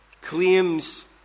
claims